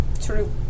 True